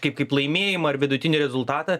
kaip kaip laimėjimą ar vidutinį rezultatą